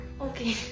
Okay